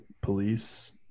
police